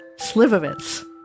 Slivovitz